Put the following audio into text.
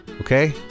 okay